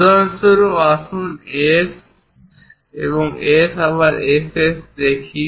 উদাহরণস্বরূপ আসুন S S আবার S S দেখি